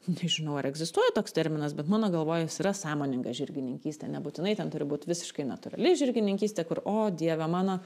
nežinau ar egzistuoja toks terminas bet mano galvoj jis yra sąmoninga žirgininkystė nebūtinai ten turi būt visiškai natūrali žirgininkystė kur o dieve mano